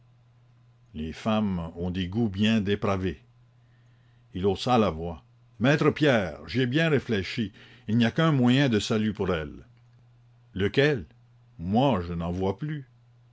les femmes ont des goûts bien dépravés il haussa la voix maître pierre j'y ai bien réfléchi il n'y a qu'un moyen de salut pour elle lequel moi je n'en vois plus